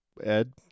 Ed